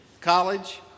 college